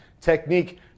technique-